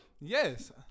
Yes